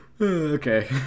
Okay